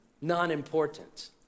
non-important